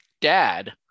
dad